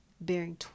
bearing